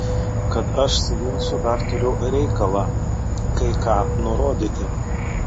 kad aš su vincu dar turiu reikalą kai ką nurodyti